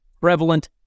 prevalent